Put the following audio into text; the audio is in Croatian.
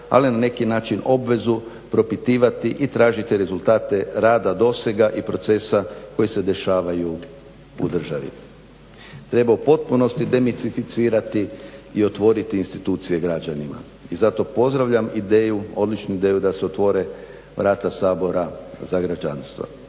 ali na neki način i obvezu propitivati i tražiti rezultate rada dosega i procesa koji se dešavaju u državi. Treba u potpunosti demistificirati i otvoriti institucije građanima. I zato pozdravljam ideju odličnu ideju da se otvore vrata Sabora za građanstvo.